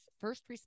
first